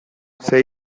sei